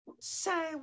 Say